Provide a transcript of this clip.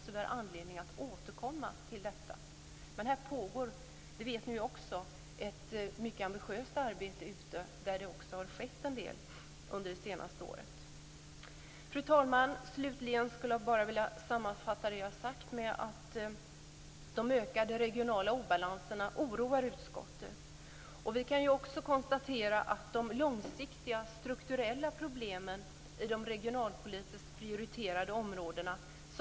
Vi har därför anledning att återkomma till detta. Ni vet också att här pågår ett mycket ambitiöst arbete, där det har skett en del under det senaste året. Fru talman! Jag vill slutligen bara sammanfatta det jag har sagt med att säga att de ökade regionala obalanserna oroar utskottet. Vi kan också konstatera att de långsiktiga strukturella problemen i de regionalpolitiskt prioriterade områdena kvarstår.